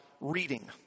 reading